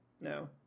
no